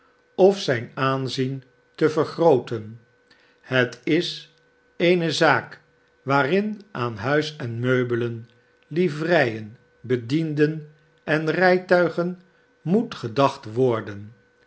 of zijn aanzien te vergrooten het is eene zaak waarin aan huis en meubelen livereien bedienden en rijtuigen moet gedacht worden